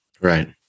Right